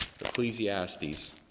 Ecclesiastes